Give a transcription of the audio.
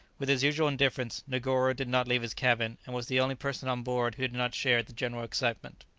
with his usual indifference, negoro did not leave his cabin, and was the only person on board who did not share the general excitement.